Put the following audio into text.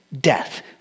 Death